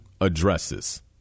addresses